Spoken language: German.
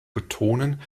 betonen